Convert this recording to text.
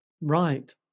Right